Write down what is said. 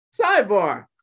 Sidebar